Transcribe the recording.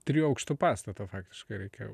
trijų aukštų pastato faktiškai reikia jau